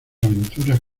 aventuras